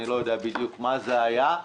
אני לא יודע בדיוק מה זה היה,